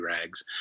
rags